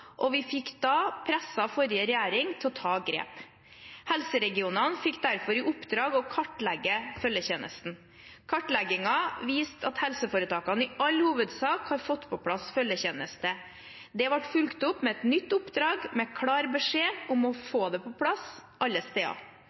og vi fikk da presset forrige regjering til å ta grep. Helseregionene fikk derfor i oppdrag å kartlegge følgetjenesten. Kartleggingen viste at helseforetakene i all hovedsak har fått på plass følgetjeneste. Det ble fulgt opp med et nytt oppdrag, med klar beskjed om å få det på plass alle steder.